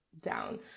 down